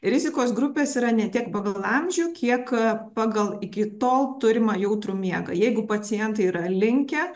rizikos grupės yra ne tiek pagal amžių kiek pagal iki tol turimą jautrų miegą jeigu pacientai yra linkę